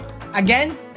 Again